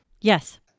yes